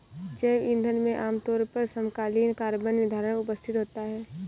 जैव ईंधन में आमतौर पर समकालीन कार्बन निर्धारण उपस्थित होता है